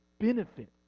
benefit